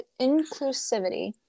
inclusivity